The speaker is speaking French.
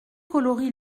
colorie